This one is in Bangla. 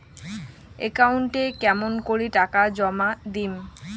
একাউন্টে কেমন করি টাকা জমা দিম?